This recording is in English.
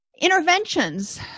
Interventions